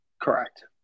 Correct